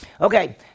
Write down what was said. Okay